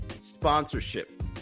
sponsorship